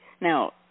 Now